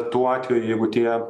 tuo atveju jeigu tie